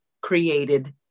created